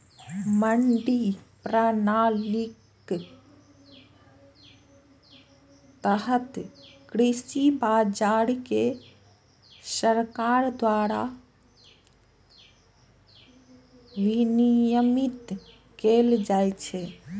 मंडी प्रणालीक तहत कृषि बाजार कें सरकार द्वारा विनियमित कैल जाइ छै